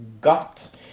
got